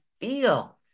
feel